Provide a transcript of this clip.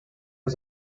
was